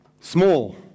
small